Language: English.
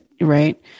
right